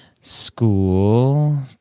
School